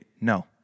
No